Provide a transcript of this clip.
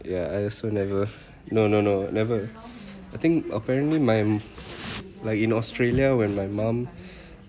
ya I also never no no no never I think apparently my like in australia when my mum